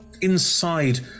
inside